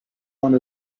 one